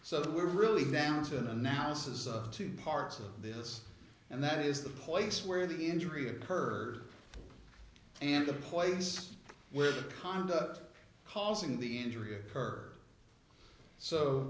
so we're really down to an analysis of two parts of this and that is the place where the injury occurred and the place where the conduct causing the injury occurred so